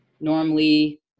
normally